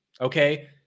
okay